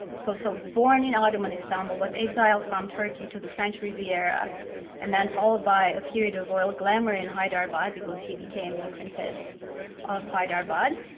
so so born in ottoman istanbul but exiled from turkey to the french riviera and the followed by a period of royal glamour in hyderabad because she became the princess of hyderabad.